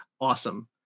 Awesome